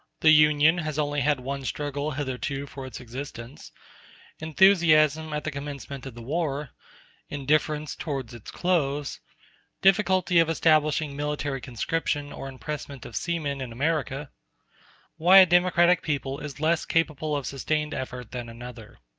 the union has only had one struggle hitherto for its existence enthusiasm at the commencement of the war indifference towards its close difficulty of establishing military conscription or impressment of seamen in america why a democratic people is less capable of sustained effort than another.